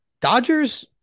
Dodgers